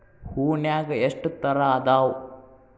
ಹೂನ್ಯಾಗ ಎಷ್ಟ ತರಾ ಅದಾವ್?